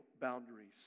boundaries